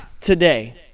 today